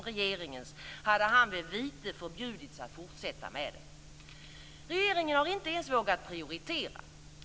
Regeringen har inte ens vågat prioritera.